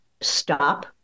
stop